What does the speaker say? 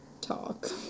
talk